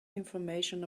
information